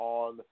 on